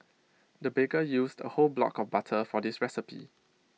the baker used A whole block of butter for this recipe